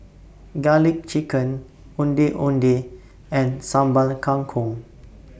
Garlic Chicken Ondeh Ondeh and Sambal Kangkong